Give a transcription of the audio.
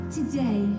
Today